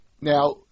Now